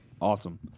Awesome